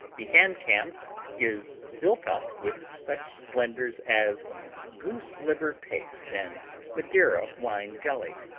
the ham-cam is built up with such splendors as goose liver paste and madeira wine jelly,